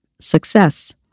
success